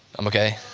i'm okay,